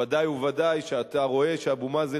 בוודאי ובוודאי כשאתה רואה שאבו מאזן